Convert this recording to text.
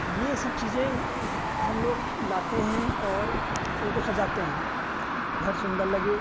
यह सब चीज़ें हमलोग लाते हैं और उनको सजाते हैं घर सुन्दर लगे